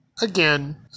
Again